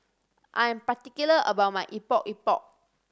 I am particular about my Epok Epok